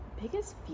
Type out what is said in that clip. biggest